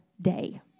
day